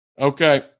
Okay